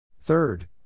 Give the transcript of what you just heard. Third